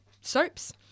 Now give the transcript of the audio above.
soaps